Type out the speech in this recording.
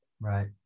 Right